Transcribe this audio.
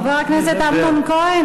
חבר הכנסת אמנון כהן,